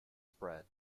spread